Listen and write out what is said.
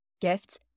gifts